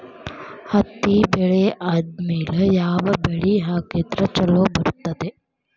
ಹತ್ತಿ ಬೆಳೆ ಆದ್ಮೇಲ ಯಾವ ಬೆಳಿ ಹಾಕಿದ್ರ ಛಲೋ ಬರುತ್ತದೆ?